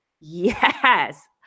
yes